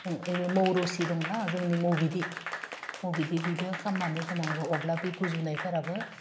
ओमफ्राय बे मौ रोसि दंना जोंनि मौ बिदै बिजों खालामनानै होनांगौ अब्ला बे गुजुनायफोराबो